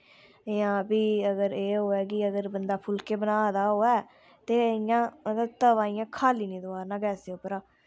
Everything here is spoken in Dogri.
जां फ्ही अगर एह् होऐ कि अगर बंदा फुलके बना दा होऐ ते यां मतलव तवा इयां खाल्ली नी तोआरना गैस्सै उप्परा